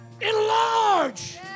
Enlarge